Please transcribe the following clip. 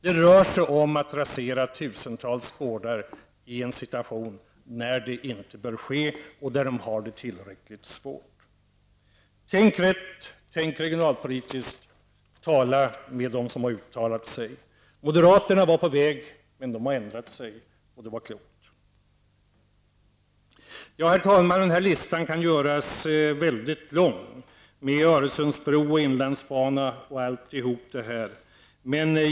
Det rör sig om att rasera tusentals gårdar i en situation när det inte bör ske och när de har det tillräckligt svårt ändå. Tänk rätt, tänk regionalpolitiskt, tala med dem som har uttalat sig! Moderaterna var på väg, men de har ändrat sig, och det var klokt. Herr talman! Listan över aktuella regionalpolitiska frågor kan göras väldigt lång -- jag tänker på Öresundsbron, inlandsbanan, osv.